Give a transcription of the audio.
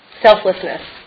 selflessness